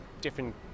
different